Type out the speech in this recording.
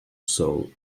soul